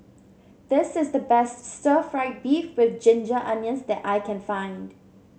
this is the best Stir Fried Beef with Ginger Onions that I can find